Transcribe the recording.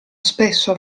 spesso